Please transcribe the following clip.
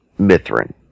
mithrin